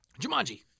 Jumanji